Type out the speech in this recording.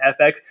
FX